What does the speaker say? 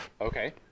Okay